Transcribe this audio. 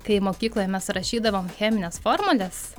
kai mokykloje mes rašydavom chemines formules